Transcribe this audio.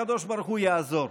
הקדוש ברוך הוא יעזור.